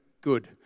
good